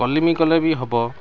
କଲିମି କଲେ ବି ହେବ